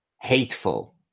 hateful